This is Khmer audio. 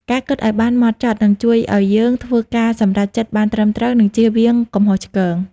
ការគិតឲ្យបានហ្មត់ចត់ នឹងជួយឲ្យយើងធ្វើការសម្រេចចិត្តបានត្រឹមត្រូវ និងជៀសវាងកំហុសឆ្គង។